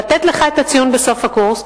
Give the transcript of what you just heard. לתת לך את הציון בסוף הקורס,